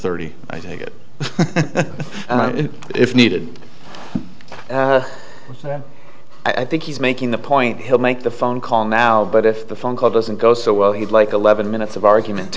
it if needed then i think he's making the point he'll make the phone call now but if the phone call doesn't go so well he'd like eleven minutes of argument